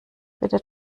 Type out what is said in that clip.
bitte